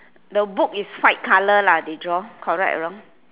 the book is white colour lah they draw correct or wrong